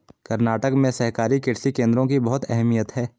कर्नाटक में सहकारी कृषि केंद्रों की बहुत अहमियत है